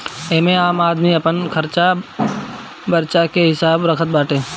एमे आम आदमी अपन खरचा बर्चा के हिसाब रखत बाटे